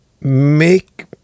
make